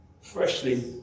Freshly